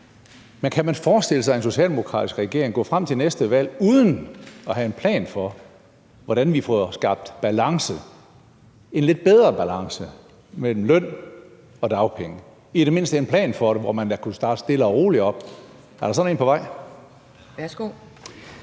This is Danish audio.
men kan man forestille sig en socialdemokratisk regering gå frem til næste valg uden at have en plan for, hvordan vi får skabt balance, en lidt bedre balance, mellem løn og dagpenge? Der kunne i det mindste være en plan for det, hvor man da kunne starte stille og roligt op. Er der sådan en på vej? Kl.